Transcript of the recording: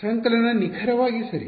ಸಂಕಲನ ನಿಖರವಾಗಿ ಸರಿ